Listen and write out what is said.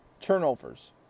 turnovers